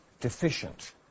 deficient